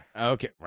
Okay